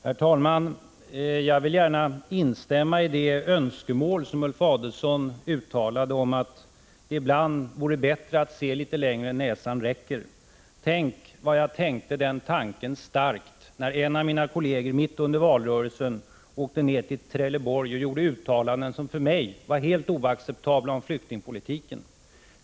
Herr talman! Jag vill gärna instämma i de önskemål som Ulf Adelsohn uttalade om att det ibland vore bättre att se litet längre än näsan räcker. Tänk vad jag tänkte den tanken starkt när en av mina kolleger mitt under valrörelsen åkte till Trelleborg och gjorde för mig helt oacceptabla uttalanden om flyktingpolitiken!